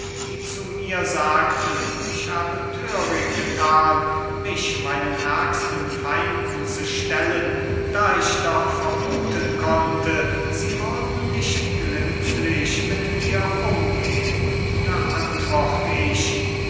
die zu mir sagten ich habe törig getan mich meinen ärgsten feinden zu stellen da ich doch vermuten konnte sie würden nicht glimpflich mit mir umgehn da antwortet ich